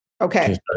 Okay